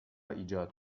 ایجاد